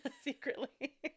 secretly